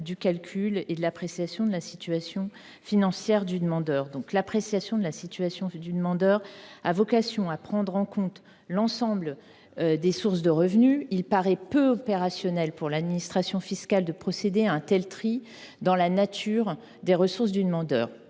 du calcul et de l’appréciation de la situation financière du demandeur. L’appréciation de la situation du demandeur ayant vocation à prendre en compte l’ensemble des sources de revenus, il paraît peu opérationnel pour l’administration fiscale de procéder à un tel tri dans la nature des ressources du demandeur.